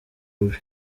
rubi